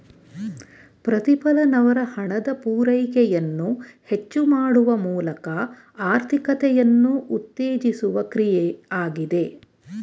ಪ್ರತಿಫಲನವು ಹಣದ ಪೂರೈಕೆಯನ್ನು ಹೆಚ್ಚು ಮಾಡುವ ಮೂಲಕ ಆರ್ಥಿಕತೆಯನ್ನು ಉತ್ತೇಜಿಸುವ ಕ್ರಿಯೆ ಆಗಿದೆ